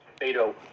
Beto